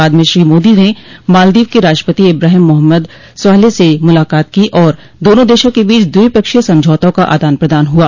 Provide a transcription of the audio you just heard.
बाद में श्री मोदी ने मालदीव क राष्ट्रपति इब्राहिम मोहम्मद स्वालेह से मुलाकात की और दोनों देशों के बीच द्विपक्षीय समझौतों का आदान प्रदान हुआ